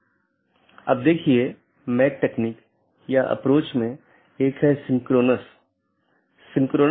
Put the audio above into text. तो 16 बिट के साथ कई ऑटोनॉमस हो सकते हैं